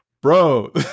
bro